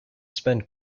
spend